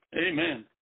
Amen